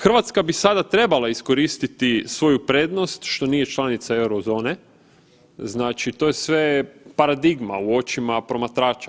Hrvatska bi sada trebala iskoristiti svoju prednost što nije članica euro zone, znači to je sve paradigma u očima promatrača.